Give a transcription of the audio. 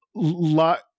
lot